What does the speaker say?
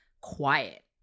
quiet